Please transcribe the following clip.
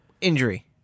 Injury